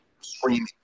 screaming